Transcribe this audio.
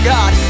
God